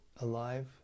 Alive